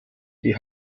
die